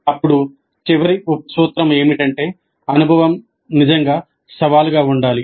అప్పుడు చివరి ఉప సూత్రం ఏమిటంటే అనుభవం నిజంగా సవాలుగా ఉండాలి